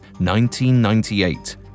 1998